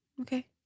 Okay